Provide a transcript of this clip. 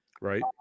right